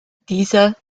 dieser